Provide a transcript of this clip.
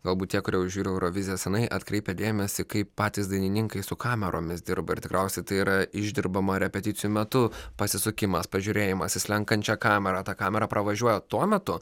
galbūt tie kurie jau žiūri euroviziją senai atkreipia dėmesį kaip patys dainininkai su kameromis dirba ir tikriausiai tai yra išdirbama repeticijų metu pasisukimas pažiūrėjimas į slenkančią kamerą ta kamera pravažiuoja tuo metu